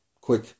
quick